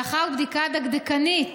לאחר בדיקה דקדקנית